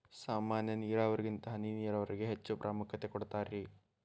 ಸಾಮಾನ್ಯ ನೇರಾವರಿಗಿಂತ ಹನಿ ನೇರಾವರಿಗೆ ಹೆಚ್ಚ ಪ್ರಾಮುಖ್ಯತೆ ಕೊಡ್ತಾರಿ